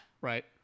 right